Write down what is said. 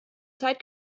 zeit